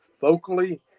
vocally